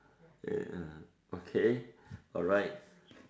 eh uh okay alright